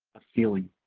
a ceiling.